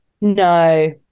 No